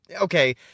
okay